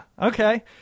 Okay